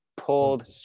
Pulled